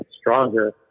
stronger